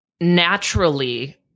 Naturally